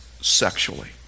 sexually